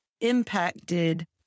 impacted